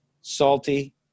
salty